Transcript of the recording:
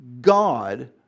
God